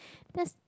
that's